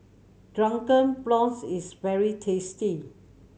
Drunken Prawns is very tasty